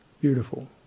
Beautiful